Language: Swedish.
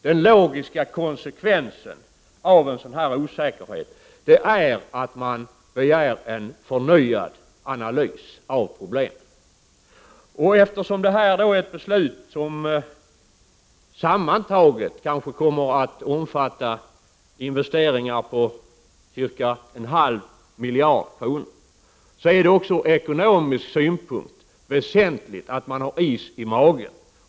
Den logiska konsekvensen av en sådan osäkerhet är att begära en förnyad analys av problemet. Detta beslut omfattar sammantaget investeringar på kanske en halv miljard kronor. Då är det ur ekonomisk synpunkt väsentligt att man har is i magen.